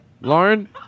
Lauren